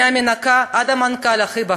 מהמנקה עד המנכ"ל הכי בכיר,